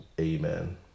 Amen